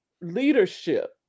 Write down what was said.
leadership